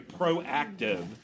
proactive